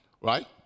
right